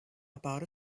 about